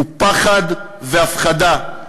הם פחד והפחדה.